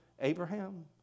Abraham